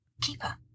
Keeper